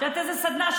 את יודע איזו סדנה?